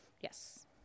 Yes